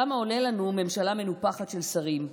כמה עולה לנו ממשלה מנופחת של שרים,